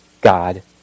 God